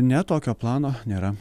ne tokio plano nėra